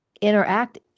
interact